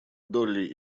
долли